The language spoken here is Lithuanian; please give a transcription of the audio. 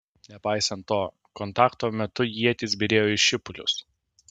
nepaisant to kontakto metu ietys byrėjo į šipulius